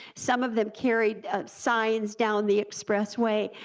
some of them carried signs down the expressway,